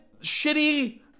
shitty